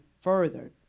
further